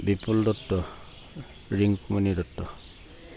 Bipul Dutta Rinkumoni Dutta